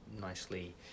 nicely